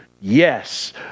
Yes